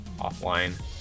offline